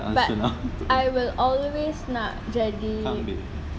but I will always nak jadi